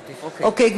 אוקיי.